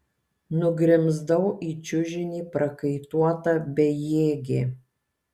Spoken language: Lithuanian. nugrimzdau į čiužinį prakaituota bejėgė